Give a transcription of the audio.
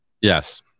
yes